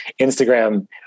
Instagram